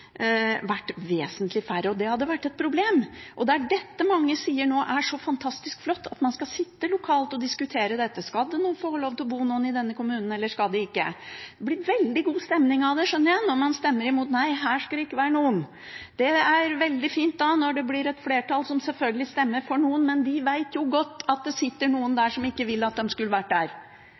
sier er så fantastisk flott, at man skal sitte lokalt og diskutere: Skal det nå få lov til å bo noen i denne kommunen, eller skal det ikke? Det blir veldig god stemning av det, skjønner jeg, når man stemmer imot, nei her skal det ikke være noen. Det er veldig fint når det blir et flertall som selvfølgelig stemmer for noen. Men en vet godt at det sitter noen der som ikke ville at de skulle vært der.